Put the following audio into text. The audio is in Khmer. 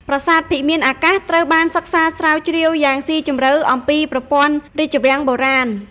ប្រាសាទភិមានអាកាសត្រូវបានសិក្សាស្រាវជ្រាវយ៉ាងស៊ីជម្រៅអំពីប្រព័ន្ធរាជវាំងបុរាណ។